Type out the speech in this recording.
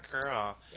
girl